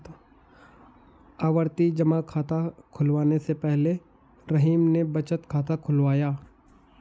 आवर्ती जमा खाता खुलवाने से पहले रहीम ने बचत खाता खुलवाया